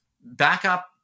backup